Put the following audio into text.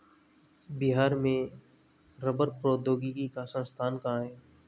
बिहार में रबड़ प्रौद्योगिकी का संस्थान कहाँ है?